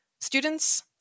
students